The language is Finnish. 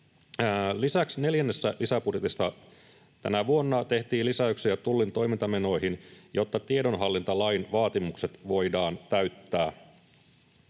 Lisäksi neljännessä lisäbudjetissa tänä vuonna tehtiin lisäyksiä Tullin toimintamenoihin, jotta tiedonhallintalain vaatimukset voidaan täyttää.